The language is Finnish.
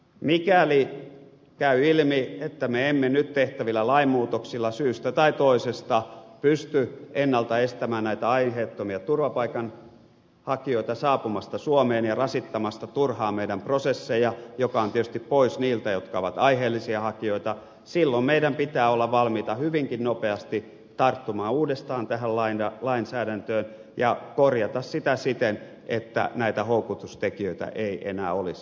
mikäli käy ilmi että me emme nyt tehtävillä lainmuutoksilla syystä tai toisesta pysty ennalta estämään näitä aiheettomia turvapaikanhakijoita saapumasta suomeen ja rasittamasta turhaan meidän prosessejamme mikä on tietysti pois niiltä jotka ovat aiheellisia hakijoita silloin meidän pitää olla valmiita hyvinkin nopeasti tarttumaan uudestaan tähän lainsäädäntöön ja korjaamaan sitä siten että näitä houkutustekijöitä ei enää olisi